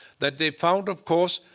that they've found, of course,